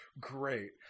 great